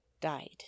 died